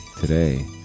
today